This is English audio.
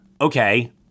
okay